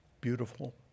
beautiful